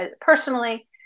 Personally